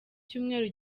cyumweru